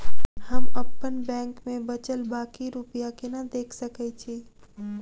हम अप्पन बैंक मे बचल बाकी रुपया केना देख सकय छी?